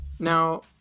Now